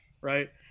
right